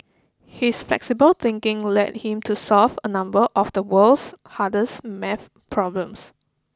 his flexible thinking led him to solve a number of the world's hardest math problems